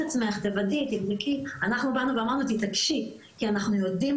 עצמך" אנחנו באנו ואמרנו "תתעקשי" כי אנחנו יודעות